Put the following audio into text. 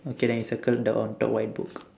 okay then you circle the on top white book